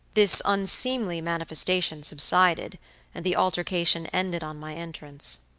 this unseemly manifestation subsided and the altercation ended on my entrance.